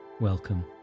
Welcome